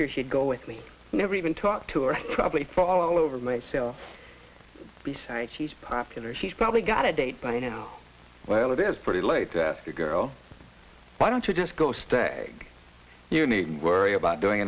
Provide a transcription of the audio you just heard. sure she'd go with me never even talked to or probably fall over myself besides she's popular she's probably got a date but you know well it is pretty late to ask a girl why don't you just go stay you needn't worry about doing